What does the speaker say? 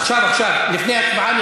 עכשיו, עכשיו, לפני ההצבעה.